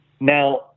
Now